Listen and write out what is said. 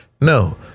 No